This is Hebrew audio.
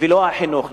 ולא החינוך.